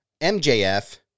MJF